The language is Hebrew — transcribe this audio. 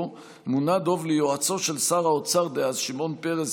מונה דב ליועצו של שר האוצר דאז שמעון פרס,